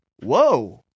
whoa